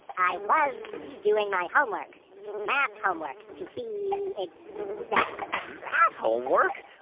i was doing my homework math homework, to be exact math homework?